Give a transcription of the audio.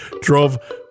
drove